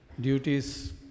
duties